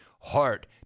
heart